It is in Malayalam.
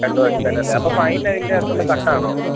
രണ്ട് വർഷത്തേനല്ലേ അപ്പം ഫൈന് അതിന്റകത്തുനിന്ന് കട്ട് ആണോ